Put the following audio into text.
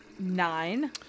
Nine